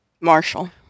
Marshall